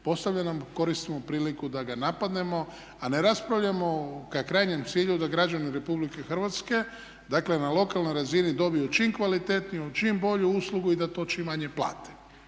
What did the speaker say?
postavljena, koristimo priliku da ga napadnemo a ne raspravljamo ka krajnjem cilju da građani Republike Hrvatske dakle na lokalnoj razini dobiju čim kvalitetniju, čim bolju uslugu i da to čim manje plate.